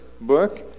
book